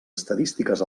estadístiques